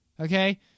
Okay